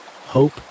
hope